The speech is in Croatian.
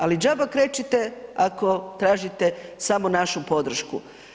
Ali džaba krečite ako tražite samo našu podršku.